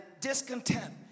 discontent